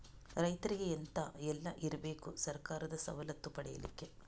ರೈತರಿಗೆ ಎಂತ ಎಲ್ಲ ಇರ್ಬೇಕು ಸರ್ಕಾರದ ಸವಲತ್ತು ಪಡೆಯಲಿಕ್ಕೆ?